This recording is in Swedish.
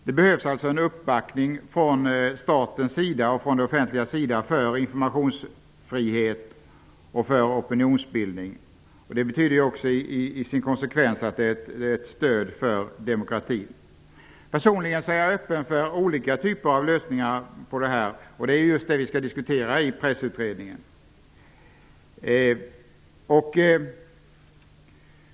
Det behövs alltså en uppbackning från det offentligas sida för informationsfrihet och för opinionsbildning, som är ett stöd för demokratin. Personligen är jag öppen för olika typer av lösningar på denna uppgift, och det är det som vi skall diskutera i Pressutredningen.